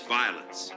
violence